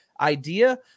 idea